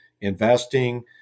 investing